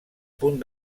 punt